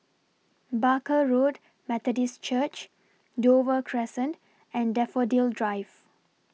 Barker Road Methodist Church Dover Crescent and Daffodil Drive